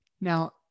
Now